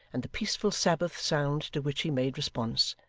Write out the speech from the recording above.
and the peaceful sabbath sound to which he made response,